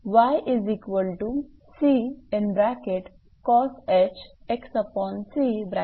तर 𝐾10